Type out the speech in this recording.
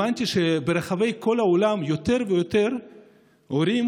הבנתי שברחבי כל העולם יותר ויותר הורים,